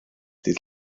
dydd